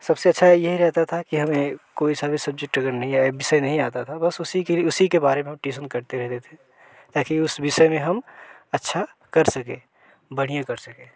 सबसे अच्छा यही रहता था कि हमें कोई सारे सब्जेक्ट अगर नहीं आए विषय नहीं आता था बस उसी के लिए उसी के बारे में हम ट्यूसन करते रहते थे ताकि उस विषय में हम अच्छा कर सके बढ़िया कर सके